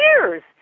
years